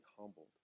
humbled